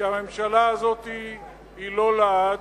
כי הממשלה הזאת היא לא לעד,